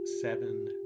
seven